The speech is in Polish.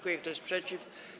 Kto jest przeciw?